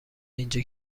اینجا